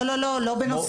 אני חי